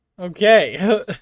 Okay